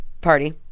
party